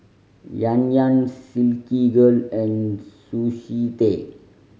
Yan Yan Silkygirl and Sushi Tei